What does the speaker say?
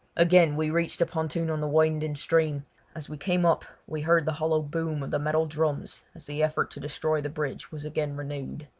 again we reached a pontoon on the winding stream as we came up we heard the hollow boom of the metal drums as the efforts to destroy the bridge was again renewed.